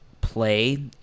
play